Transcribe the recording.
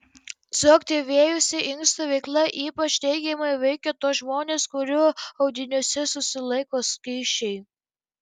suaktyvėjusi inkstų veikla ypač teigiamai veikia tuos žmones kurių audiniuose susilaiko skysčiai